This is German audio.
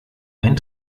einen